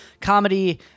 comedy